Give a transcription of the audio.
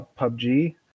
PUBG